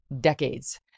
decades